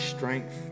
strength